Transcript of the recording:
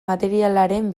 materialaren